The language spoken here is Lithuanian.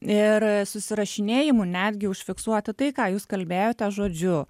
ir susirašinėjimu netgi užfiksuoti tai ką jūs kalbėjote žodžiu